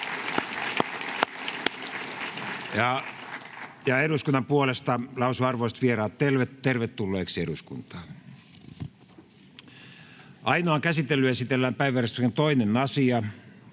Eduskunnan puolesta lausun arvoisat vieraat tervetulleiksi eduskuntaan. Ensimmäiseen käsittelyyn esitellään päiväjärjestyksen 5. asia.